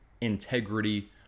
integrity